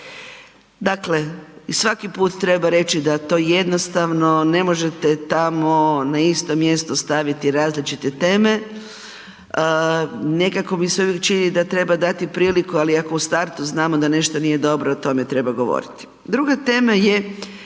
Dakle, svaki put treba reći da to jednostavno ne možete tamo na isto mjesto staviti različite teme, nekako mi se uvijek čini da treba dati priliku ali ako u startu znamo da nešto nije dobro, o tome treba govorit. Druga tema je